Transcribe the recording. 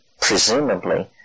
presumably